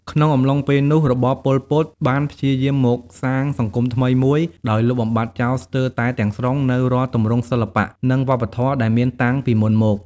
ក្នុងអំឡុងពេលនោះ របបប៉ុល ពត បានព្យាយាមកសាងសង្គមថ្មីមួយដោយលុបបំបាត់ចោលស្ទើរតែទាំងស្រុងនូវរាល់ទម្រង់សិល្បៈ និងវប្បធម៌ដែលមានតាំងពីមុនមក។